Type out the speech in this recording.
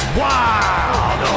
wild